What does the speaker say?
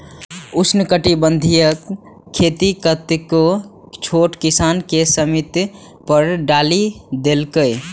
उष्णकटिबंधीय खेती कतेको छोट किसान कें सीमांत पर डालि देलकै